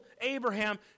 Abraham